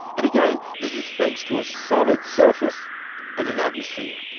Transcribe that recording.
and again, this is thanks to a solid surface and an atmosphere.